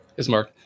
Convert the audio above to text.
Ismark